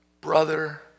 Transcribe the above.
brother